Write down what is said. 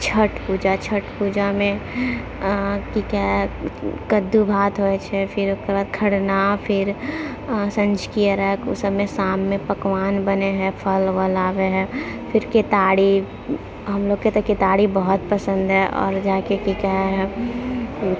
छठ पूजा छठ पूजामे अहाँकेँ कद्दू भात होइ छै फिर ओकर बाद खरना फिर सौंझकि अरघ ओहि सभमे शाममे पकवान बनै हइ फल वल लाबै हइ फिर केतारी हम लोगके तऽ केतारी बहुत पसन्द है आओर जाकऽ कि कहै हइ